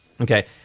Okay